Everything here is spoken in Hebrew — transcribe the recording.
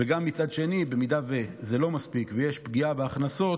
ומצד שני, במידה שזה לא מספיק ויש פגיעה בהכנסות,